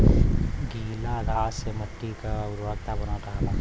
गीला घास से मट्टी क उर्वरता बनल रहला